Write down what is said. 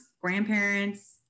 grandparents